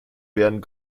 werden